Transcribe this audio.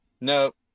Nope